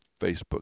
Facebook